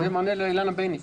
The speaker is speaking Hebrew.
זה מענה לאילנה בניש.